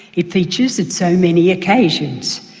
it features at so many occasions.